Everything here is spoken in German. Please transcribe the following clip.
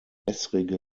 wässrige